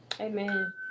Amen